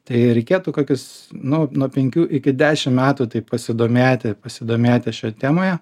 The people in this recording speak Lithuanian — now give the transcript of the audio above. tai reikėtų kokius nu nuo penkių iki dešim metų taip pasidomėti pasidomėti šioj temoje